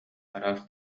араас